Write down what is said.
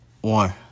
one